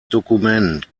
dokument